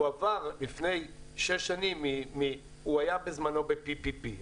הוא עבר לפני שש שנים הוא היה בזמנו ב-PPP,